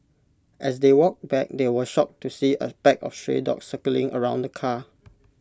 as they walked back they were shocked to see A pack of stray dogs circling around the car